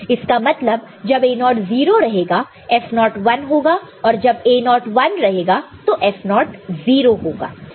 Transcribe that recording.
इसका मतलब जब A0 0 रहेगा तो F0 1 होगा और जब A0 1 रहेगा तो F0 0 होगा